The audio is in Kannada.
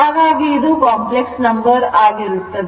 ಹಾಗಾಗಿ ಇದು ಕಾಂಪ್ಲೆಕ್ಸ್ ನಂಬರ್ ಆಗಿರುತ್ತದೆ